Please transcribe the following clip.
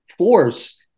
Force